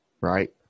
right